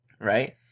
right